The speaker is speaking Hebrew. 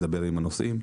מדבר עם הנוסעים,